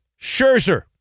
Scherzer